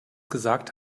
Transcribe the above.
gesagt